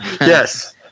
Yes